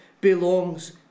belongs